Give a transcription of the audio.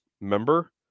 member